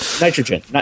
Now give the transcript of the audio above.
Nitrogen